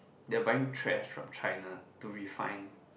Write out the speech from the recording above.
they are buying trash from China to refine